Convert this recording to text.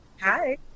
Hi